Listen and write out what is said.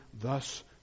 Thus